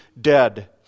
dead